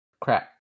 crap